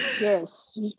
yes